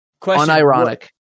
Unironic